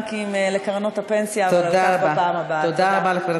לקרנות הפנסיה, אבל על כך בפעם הבאה.